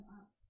up